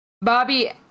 Bobby